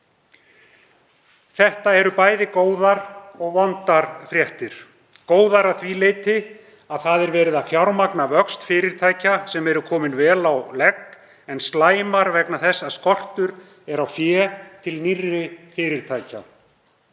Þetta eru bæði góðar og vondar fréttir, góðar að því leyti að verið er að fjármagna vöxt fyrirtækja sem eru komin vel á legg en slæmar vegna þess að skortur er á fé til nýrri fyrirtækja.